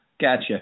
gotcha